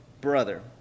brother